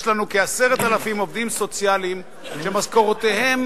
יש לנו כ-10,000 עובדים סוציאליים שמשכורותיהם